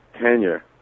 tenure